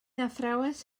athrawes